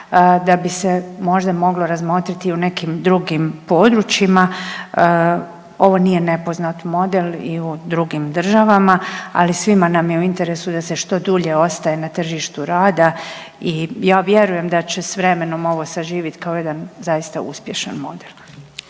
da bi se možda moglo razmotriti i u nekim drugim područjima. Ovo nije nepoznat model i u drugim državama, ali svima nam je u interesu da se što dulje ostaje na tržištu rada i ja vjerujem da će s vremenom ovo saživit kao jedan zaista uspješan model.